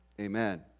Amen